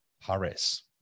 Paris